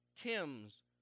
Tim's